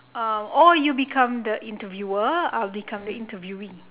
uh or you become the interviewer I will become the interviewee